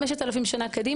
חמשת אלפים קדימה,